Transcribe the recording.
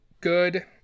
good